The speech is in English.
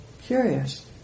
curious